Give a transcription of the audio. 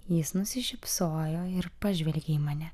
jis nusišypsojo ir pažvelgė į mane